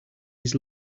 his